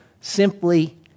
simply